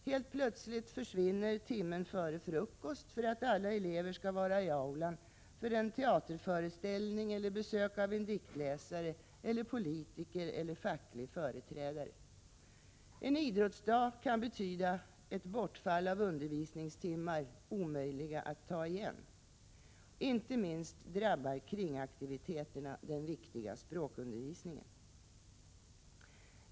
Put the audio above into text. Helt plötsligt försvinner timmen före frukost för att alla elever skall vara i aulan för en teaterföreställning eller ett besök av en diktläsare eller politiker eller facklig företrädare. En idrottsdag kan betyda ett bortfall av undervisningstimmar, omöjliga att ta igen. Inte minst drabbar kringaktiviteterna den viktiga språkundervisningen.